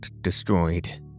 destroyed